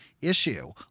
issue